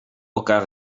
elkaar